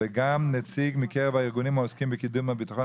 וגם נציג מקרב הארגונים העוסקים בקידום הביטחון